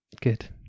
Good